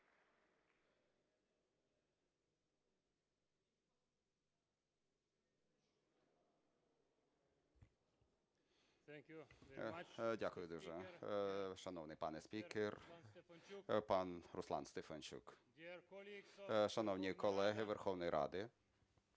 Дякую дуже. Шановний пане спікер, пан Руслан Стефанчук, шановні колеги Верховної Ради,